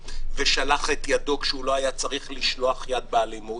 ושלח את ידו כשהוא לא היה צריך לשלוח יד באלימות.